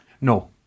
No